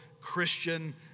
Christian